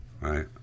right